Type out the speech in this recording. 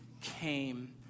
came